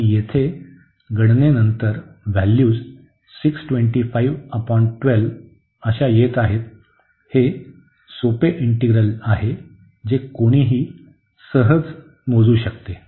आणि येथे गणनेनंतर व्हॅल्यूज म्हणून येत आहेत हे सोपे इंटीग्रल आहे जे कोणीही सहज मोजू शकते